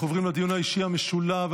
אנחנו עוברים לדיון האישי המשולב.